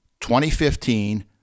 2015